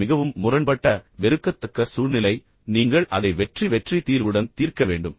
இது மிகவும் முரண்பட்ட வெறுக்கத்தக்க சூழ்நிலை நீங்கள் அதை வெற்றி வெற்றி தீர்வுடன் தீர்க்க வேண்டும்